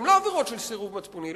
שהן לא עבירות של סירוב מצפוני,